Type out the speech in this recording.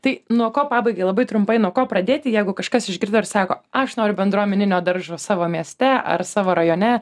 tai nuo ko pabaigai labai trumpai nuo ko pradėti jeigu kažkas išgirdo ir sako aš noriu bendruomeninio daržo savo mieste ar savo rajone